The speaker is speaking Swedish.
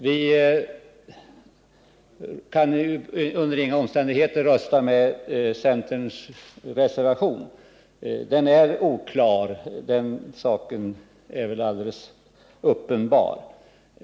Vi moderater kan under inga omständigheter rösta på centerns reservation. Den är oklar — den saken är alldeles uppenbar.